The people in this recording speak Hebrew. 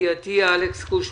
אתי עטייה ואלכס קושניר.